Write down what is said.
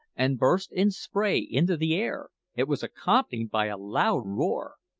and burst in spray into the air it was accompanied by a loud roar.